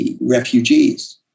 refugees